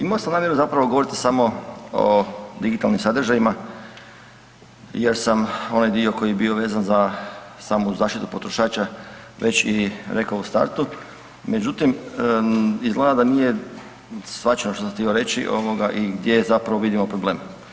Imao sam namjeru zapravo govoriti samo o digitalnim sadržajima jer sam onaj dio koji je bio vezan za samu zaštitu potrošača već i rekao u startu, međutim, izgleda da nije shvaćeno što sam htio reći i gdje je zapravo vidimo problem.